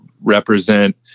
represent